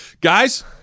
Guys –